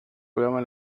programa